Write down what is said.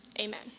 Amen